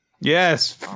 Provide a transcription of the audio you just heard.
Yes